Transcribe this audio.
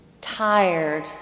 Tired